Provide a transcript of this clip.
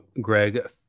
greg